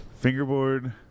fingerboard